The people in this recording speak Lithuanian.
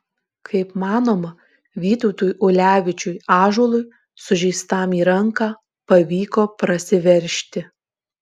kaip manoma vytautui ulevičiui ąžuolui sužeistam į ranką pavyko prasiveržti